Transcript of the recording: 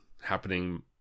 happening